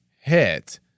hit